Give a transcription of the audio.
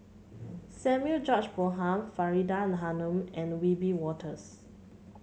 Samuel George Bonham Faridah Hanum and Wiebe Wolters